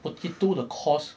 potato 的 cost